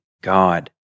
God